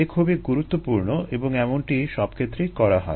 এটি খুবই গুরুত্বপূর্ণ এবং এমনটি সব ক্ষেত্রেই করা হয়